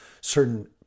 certain